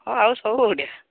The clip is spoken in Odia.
ହଁ ଆଉ ସବୁ ବଢ଼ିଆ